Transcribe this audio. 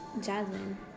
Jasmine